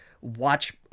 watch